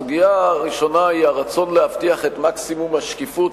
הסוגיה הראשונה היא הרצון להבטיח את מקסימום השקיפות,